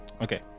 Okay